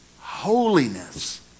holiness